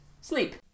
sleep